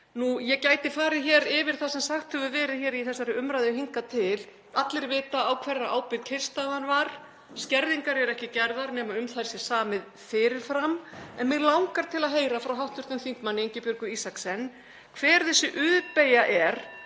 það. Ég gæti farið hér yfir það sem sagt hefur verið í þessari umræðu hingað til. Allir vita á hverra ábyrgð kyrrstaðan var. Skerðingar eru ekki gerðar nema um þær sé samið fyrir fram. En mig langar til að heyra frá hv. þm. Ingibjörgu Isaksen hver þessi U-beygja er